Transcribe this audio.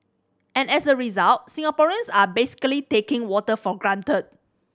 and as a result Singaporeans are basically taking water for granted